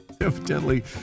evidently